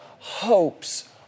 hopes